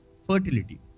Fertility